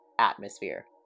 atmosphere